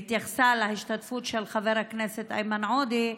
בהתייחסה להשתתפות של חבר הכנסת איימן עודה,